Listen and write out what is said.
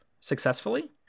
successfully